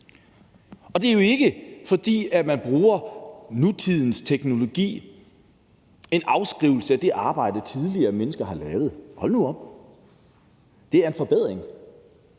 Det er jo ikke, fordi man bruger nutidens teknologi til at afskrive det arbejde, mennesker tidligere har lavet – hold nu op. Det er en forbedring.